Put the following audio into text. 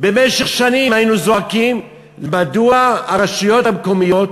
במשך שנים זעקנו מדוע הרשויות המקומיות